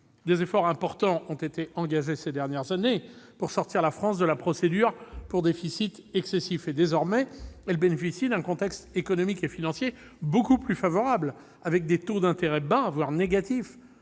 Des efforts importants ont été engagés au cours des dernières années pour sortir la France de la procédure pour déficit excessif et, désormais, elle bénéficie d'un contexte économique et financier beaucoup plus favorable, avec des taux d'intérêt bas, voire négatifs.